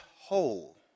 whole